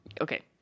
Okay